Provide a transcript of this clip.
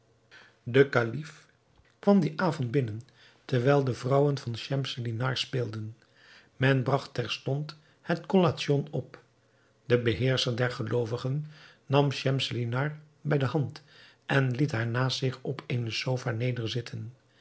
de kalif kwam dien avond binnen terwijl de vrouwen van schemselnihar speelden men bragt terstond het collation op de beheerscher der geloovigen nam schemselnihar bij de hand en liet haar naast zich op eene sofa